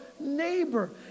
neighbor